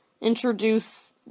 introduce